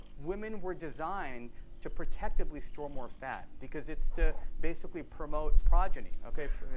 women were designed to protectively store more fat because it's to basically promote progeny. ok,